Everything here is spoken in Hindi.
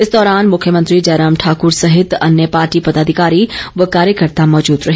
इस दौरान मुख्यमंत्री जयराम ठाकर सहित अन्य पार्टी पदाधिकारी व कार्यकर्ता मौजूद रहे